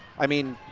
i mean,